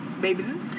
Babies